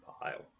pile